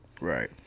Right